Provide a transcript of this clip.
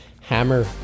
hammer